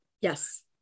yes